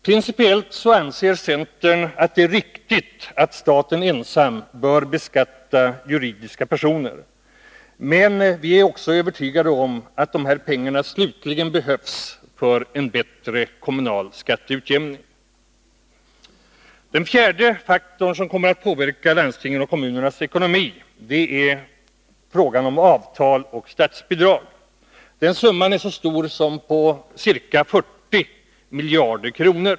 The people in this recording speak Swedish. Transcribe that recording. Principiellt anser centern att det är riktigt att staten ensam beskattar juridiska personer, men vi är också övertygade om att dessa pengar slutligen behövs för en bättre kommunal skatteutjämning. 4. Landstingens och kommunernas ekonomi påverkas även av avtal och statsbidrag. Den summan är så stor som ca 40 miljarder kronor.